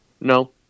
No